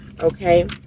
okay